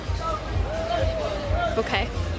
Okay